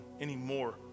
anymore